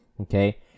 okay